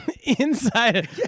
Inside